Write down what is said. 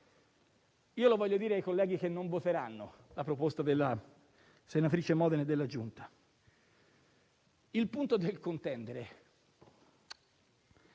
Io lo voglio dire ai colleghi che non voteranno la proposta della senatrice Modena e della Giunta delle elezioni e delle